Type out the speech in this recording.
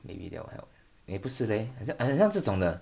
maybe that will help eh 不是 leh 很像很像这种的